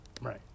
Right